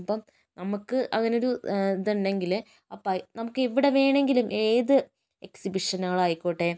ഇപ്പം നമുക്ക് അതിനു ഒരു ഇത് ഉണ്ടങ്കില് അപ്പം നമുക്ക് എവിടെ വേണമെങ്കിലും ഏത് എക്സിബിഷൻ ആയിക്കോട്ടെ